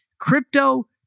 crypto